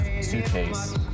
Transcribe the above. suitcase